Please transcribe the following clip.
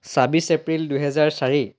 ছাব্বিছ এপ্ৰিল দুহেজাৰ চাৰি